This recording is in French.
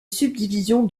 subdivision